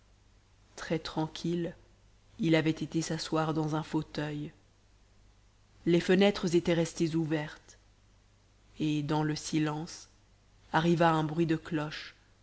très tranquille il avait été s'asseoir dans un fauteuil les fenêtres étaient restées ouvertes et dans le silence arriva un bruit de cloches